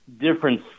difference